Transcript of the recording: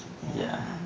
ya